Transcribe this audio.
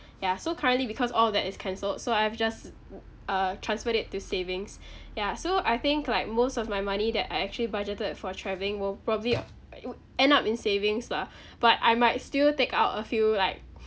ya so currently because all of that is cancelled so I've just uh transferred it to savings ya so I think like most of my money that I actually budgeted for traveling will probably it would end up in savings lah but I might still take out a few like